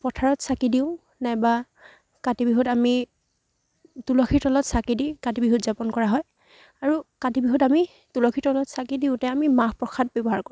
পথাৰত চাকি দিওঁ নাইবা কাতি বিহুত আমি তুলসীৰ তলত চাকি দি কাতি বিহু উদযাপন কৰা হয় আৰু কাতি বিহুত আমি তুলসীৰ তলত চাকি দিওঁতে আমি মাহ প্ৰসাদ ব্যৱহাৰ কৰোঁ